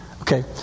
Okay